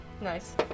Nice